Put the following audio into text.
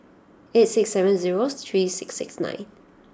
eight six seven zero three six six nine